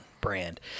brand